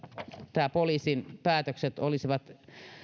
nämä poliisin päätökset olisivat